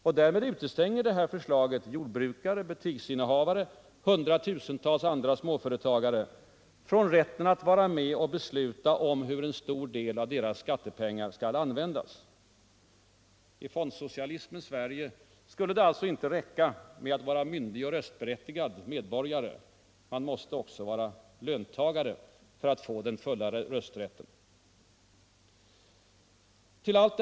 Förslaget utestänger därmed jordbrukare, butiksinnehavare och hundratusentals andra småföretagare från rätten att vara med och besluta om hur en stor del av deras skattepengar skall användas. I fondsocialismens Sverige räcker det inte med Finansdebatt Finansdebatt att vara myndig och röstberättigad medborgare. Man måste också vara löntagare för att få den fulla rösträtten. Herr talman!